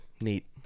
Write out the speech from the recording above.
Neat